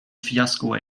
fiasko